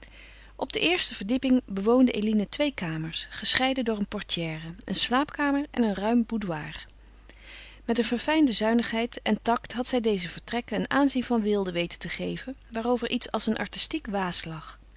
op de eerste verdieping bewoonde eline twee kamers gescheiden door een portière een slaapkamer en een ruim boudoir met een verfijnde zuinigheid en takt had zij deze vertrekken een aanzien van weelde weten te geven waarover iets als een artistiek